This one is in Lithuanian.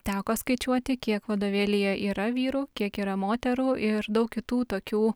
teko skaičiuoti kiek vadovėlyje yra vyrų kiek yra moterų ir daug kitų tokių